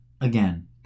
again